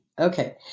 Okay